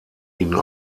ihnen